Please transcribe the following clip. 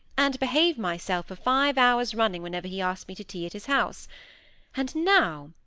and behave myself for five hours running whenever he asked me to tea at his house and now,